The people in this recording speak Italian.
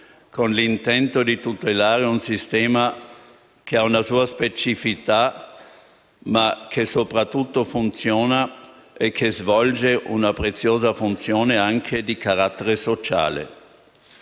con l'intento di tutelare un sistema che ha una sua specificità ma che soprattutto funziona, svolgendo un prezioso compito anche di carattere sociale.